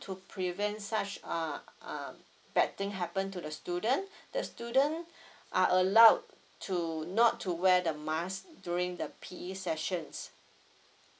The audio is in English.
so prevent such a a bad thing happen to the student the student are allowed to not to wear the mask during the P_E sessions